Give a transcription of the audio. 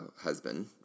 husband